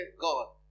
God